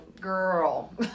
girl